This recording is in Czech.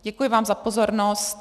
Děkuji vám za pozornost.